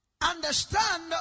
understand